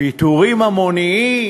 פיטורים המוניים,